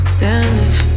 damage